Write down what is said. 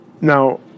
Now